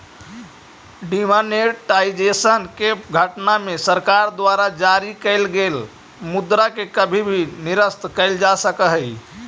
demonetisation के घटना में सरकार द्वारा जारी कैल गेल मुद्रा के कभी भी निरस्त कैल जा सकऽ हई